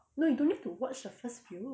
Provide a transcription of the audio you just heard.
no you don't need to watch the first few